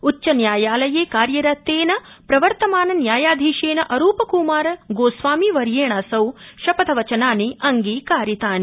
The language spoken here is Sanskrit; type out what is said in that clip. उच्चन्यायालये कार्यरतेन प्रवर्तमान न्यायाधीशेन अरूप कुमार गोस्वामी वर्येणासौ शपथवचनानि अंगीकारितानि